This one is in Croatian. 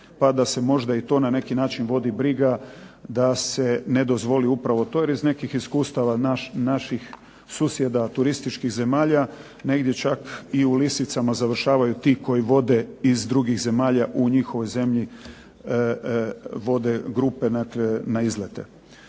pa da se možda i to na neki način vodi briga da se ne dozvoli upravo to jer iz nekih iskustava naših susjeda turističkih zemalja negdje čak i u lisicama završavaju ti koji vode iz drugih zemalja u njihovoj zemlji vode grupe na izlete.